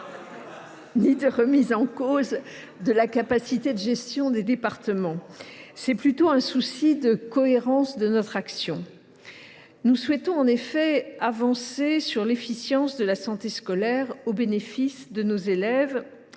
de remettre en cause la capacité de gestion des départements. Il s’agit plutôt d’un souci de cohérence de notre action. Nous souhaitons en effet progresser dans l’efficience de la santé scolaire, au bénéfice de nos élèves,